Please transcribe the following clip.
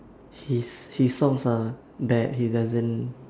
his his songs are bad he doesn't